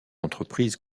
entreprise